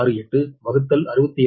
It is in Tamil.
68your 62